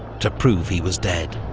to prove he was dead.